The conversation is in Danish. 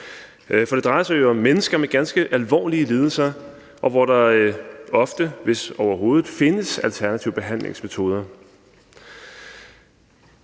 Det drejer sig jo om mennesker med ganske alvorlige lidelser, hvor der ofte, hvis overhovedet, ikke findes alternative behandlingsmetoder.